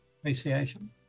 appreciation